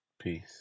Peace